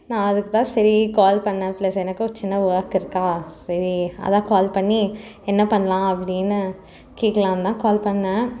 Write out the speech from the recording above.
நான் அதுக்குதான் சரி கால் பண்ணிணேன் பிளஸ் எனக்கும் ஒரு சின்ன வோர்க் இருக்கா சரி அதுதான் கால் பண்ணி என்ன பண்ணலாம் அப்படின்னு கேட்கலாம்ன்னுதான் கால் பண்ணிணேன்